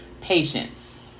patience